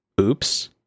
Oops